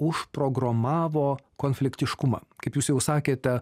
užprogramavo konfliktiškumą kaip jūs jau sakėte